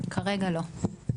כרגע לא.